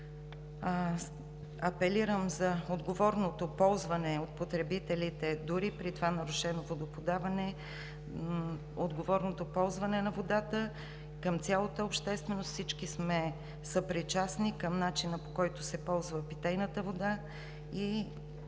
Апелирам за отговорното ползване от потребителите, дори при това нарушено водоподаване, за отговорното ползване на водата от цялата общественост. Всички сме съпричастни към начина, по който се ползва питейната вода.